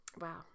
Wow